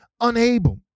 unable